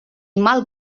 mal